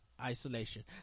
isolation